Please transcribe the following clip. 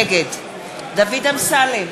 נגד דוד אמסלם,